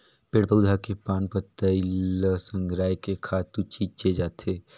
पेड़ पउधा के पान पतई ल संघरायके खातू छिछे जाथे